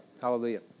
hallelujah